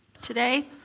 today